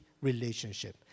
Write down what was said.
relationship